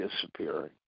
disappearing